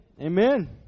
amen